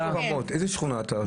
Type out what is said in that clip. איזה שכונה אתה?